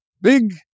big